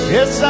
Yes